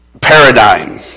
paradigm